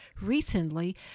recently